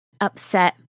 upset